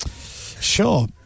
Sure